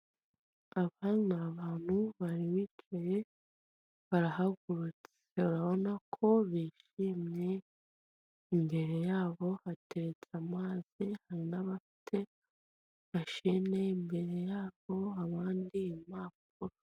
Abagore, abagabo ,abakobwa n'abahungu bicaye muri sale nziza, inyuma harimo nabandi bantu bahagaze bicaye ku ntebe zitukura ndetse ibirenge byabo bikandagiye ku itapi nziza y'ubururu. Impande yabo hari igikuta ubona gifite amabara meza ubururu, umweru harasa neza rwose.